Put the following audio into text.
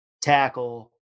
tackle